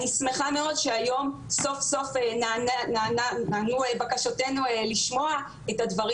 אני שמחה מאוד שהיום סוף סוף נענו בקשותינו לשמוע את הדברים